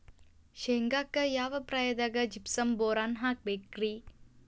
ಶೇಂಗಾಕ್ಕ ಯಾವ ಪ್ರಾಯದಾಗ ಜಿಪ್ಸಂ ಬೋರಾನ್ ಹಾಕಬೇಕ ರಿ?